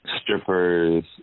strippers